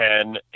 ten